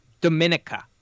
Dominica